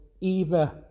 Eva